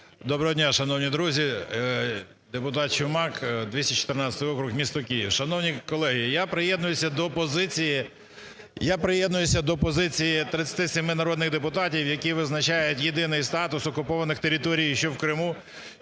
Доброго дня, шановні друзі! Депутат Чумак, 214 округ, місто Київ. Шановні колеги, я приєднуюся до позиції 37 народних депутатів, які визначають єдиний статус окупованих територій – що в Криму,